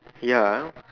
ya